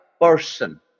person